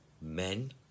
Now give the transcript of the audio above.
men